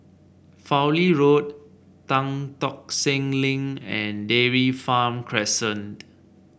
Fowlie Road Tan Tock Seng Link and Dairy Farm Crescent